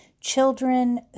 children